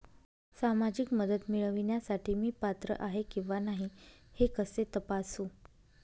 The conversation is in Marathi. सामाजिक मदत मिळविण्यासाठी मी पात्र आहे किंवा नाही हे कसे तपासू?